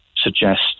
Suggest